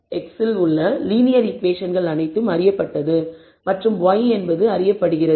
β x இல் உள்ள linear ஈகுவேஷன்கள் அனைத்தும் அறியப்பட்டது மற்றும் y என்பது அறியப்படுகிறது